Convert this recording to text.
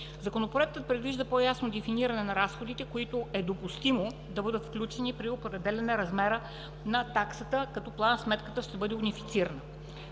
Законопроектът предвижда по-ясно дефиниране на разходите, които е допустимо да бъдат включени при определяне размера на таксата, като план-сметката ще бъде унифицирана.